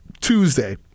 Tuesday